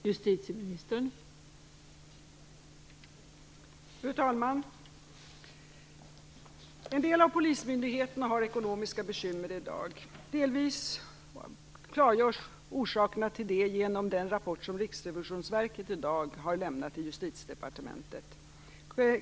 Fru talman! En del polismyndigheter har i dag ekonomiska bekymmer. Delvis klargörs orsakerna till det genom den rapport som Riksrevisionsverket i dag har lämnat till Justitiedepartementet.